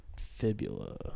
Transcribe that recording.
fibula